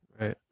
Right